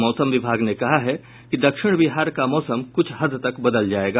मौसम विभाग ने कहा है कि दक्षिण बिहार का मौसम कुछ हद तक बदल जायेगा